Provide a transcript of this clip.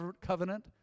covenant